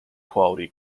quality